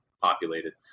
populated